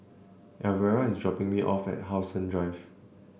Alvera is dropping me off at How Sun Drive